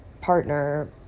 partner